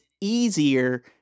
Easier